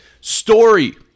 story